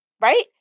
right